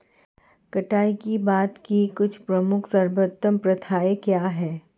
कटाई के बाद की कुछ प्रमुख सर्वोत्तम प्रथाएं क्या हैं?